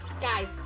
Guys